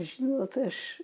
žinot aš